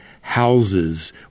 houses